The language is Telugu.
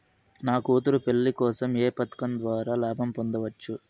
నా కూతురు పెళ్లి కోసం ఏ పథకం ద్వారా లాభం పొందవచ్చు?